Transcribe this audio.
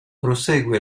prosegue